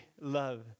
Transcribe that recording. love